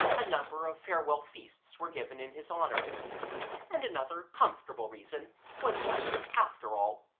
a number of farewell feasts were given in his honour and another comfortable reason was that, after all,